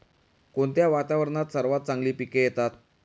कोणत्या वातावरणात सर्वात चांगली पिके येतात?